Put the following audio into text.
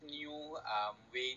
new way